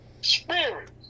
spirit